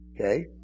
okay